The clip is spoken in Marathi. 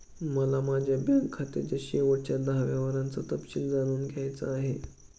मला माझ्या बँक खात्याच्या शेवटच्या दहा व्यवहारांचा तपशील जाणून घ्यायचा आहे